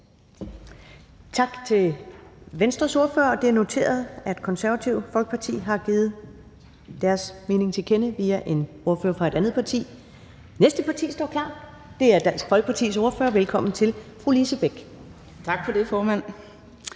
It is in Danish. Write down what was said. Tak til Venstres ordfører. Det er noteret, at Konservative Folkeparti har givet deres mening til kende via en ordfører fra et andet parti. Næste parti står klar, og det er Dansk Folkepartis ordfører. Velkommen til fru Lise Bech.